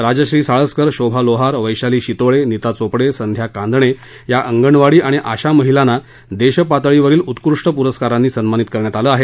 राजश्री साळसकर शोभा लोहार वैशाली शितोळे नीता चोपडे संध्या कांदणे या अंगणवाडी आणि आशा महिलांना देशपातळीवरील उत्कृष्ट पुरस्कारानं सन्मानित करण्यात आलं आहे